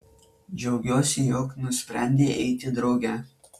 džiaugiuosi jog nusprendei eiti drauge